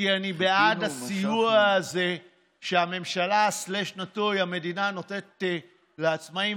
ואני בעד הסיוע הזה שהממשלה/המדינה נותנת לעצמאים,